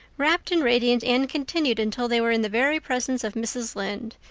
rapt and radiant anne continued until they were in the very presence of mrs. lynde,